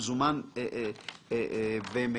מזומן ומקרקעין.